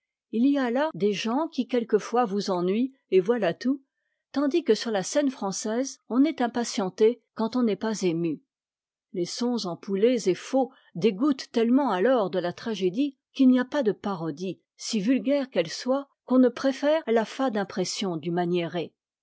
il y a là des gens qui quelquefois vous ennuient et voilà tout tandis que sur la scène française on est impatienté quand on n'est pas ému les sons ampoulés et faux dégoûtent tellement alors de la tragédie qu'il n'y a pas de parodie si vulgaire qu'elle soit qu'on ne préfère à la fade impression du maniéré